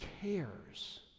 cares